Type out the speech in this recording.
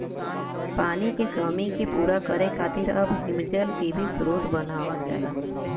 पानी के कमी के पूरा करे खातिर अब हिमजल के भी स्रोत बनावल जाला